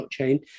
blockchain